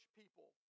people